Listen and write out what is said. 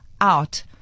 out